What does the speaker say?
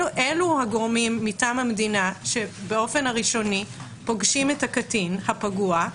אלה הגורמים מטעם המדינה שבאופן הראשוני פוגשים את הקטין הפגוע,